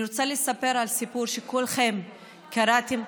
אני רוצה לספר סיפור שכולכם קראתם.